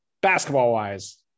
basketball-wise